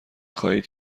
خواهید